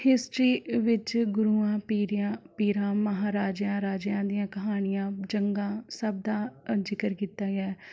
history ਵਿੱਚ ਗੁਰੂਆਂ ਪੀਰੀਆਂ ਪੀਰਾਂ ਮਹਾਰਾਜਿਆਂ ਰਾਜਿਆਂ ਦੀਆਂ ਕਹਾਣੀਆਂ ਜੰਗਾਂ ਸਭ ਦਾ ਜ਼ਿਕਰ ਕੀਤਾ ਗਿਆ